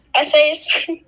essays